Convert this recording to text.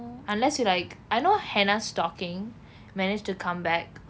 unless you like I know hannah still manage to come back